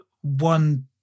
one